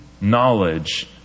knowledge